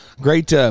great